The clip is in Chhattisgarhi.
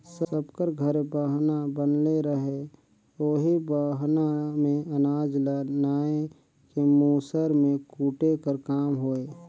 सब कर घरे बहना बनले रहें ओही बहना मे अनाज ल नाए के मूसर मे कूटे कर काम होए